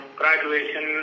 graduation